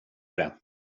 det